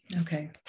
Okay